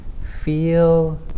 feel